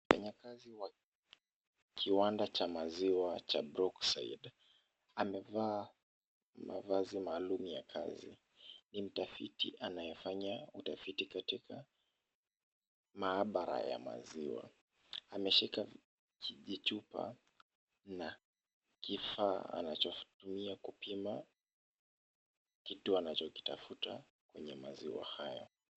Mfanyakazi wa kiwanda cha maziwa cha Brookside amevaa mavazi maalum ya kazi, ni mtafiti anayefanya utafiti katika maabara ya maziwa, ameshika kijichupa na kifaa anachotumia kupima kitu anachokitafuta kwenye maziwa haya.